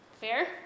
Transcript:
Fair